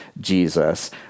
Jesus